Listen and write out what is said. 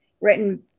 written